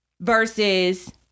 versus